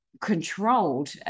controlled